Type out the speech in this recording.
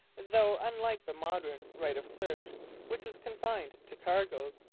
though, unlike the modern right of search which is confined to cargoes,